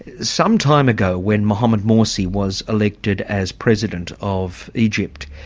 sometime ago when mohamed morsi was elected as president of egypt,